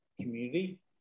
community